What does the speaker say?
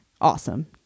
awesome